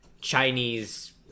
Chinese